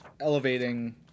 elevating